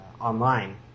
online